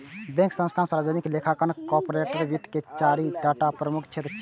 bank, संस्थान, सार्वजनिक लेखांकन आ कॉरपोरेट वित्त के चारि टा प्रमुख क्षेत्र छियै